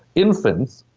infants,